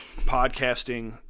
podcasting